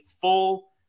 full